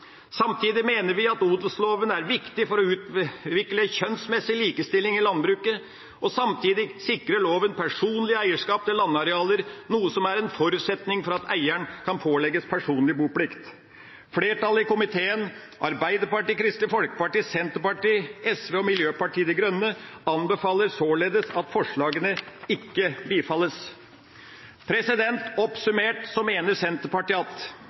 Samtidig mener vi at odelsloven er viktig for å utvikle kjønnsmessig likestilling i landbruket, og loven sikrer personlig eierskap til landarealer, noe som er en forutsetning for at eieren kan pålegges personlig boplikt. Flertallet i komiteen, Arbeiderpartiet, Kristelig Folkeparti, Senterpartiet, SV og Miljøpartiet De Grønne, anbefaler således at forslagene ikke bifalles. Oppsummert mener Senterpartiet